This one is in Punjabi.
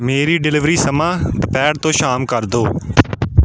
ਮੇਰੀ ਡਿਲੀਵਰੀ ਸਮਾਂ ਦੁਪਹਿਰ ਤੋਂ ਸ਼ਾਮ ਕਰ ਦਿਓ